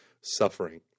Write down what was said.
suffering